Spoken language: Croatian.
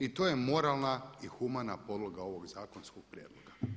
I to je moralna i humana podloga ovog zakonskog prijedloga.